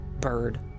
bird